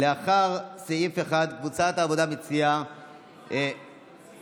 לאחר סעיף 1, קבוצת העבודה מציעה, הסרנו.